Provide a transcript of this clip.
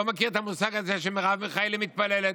לא מכיר את המושג הזה שמרב מיכאלי מתפללת.